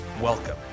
Welcome